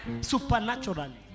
Supernaturally